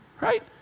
right